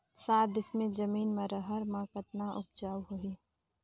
साठ डिसमिल जमीन म रहर म कतका उपजाऊ होही?